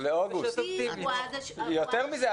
יותר מזה,